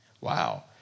Wow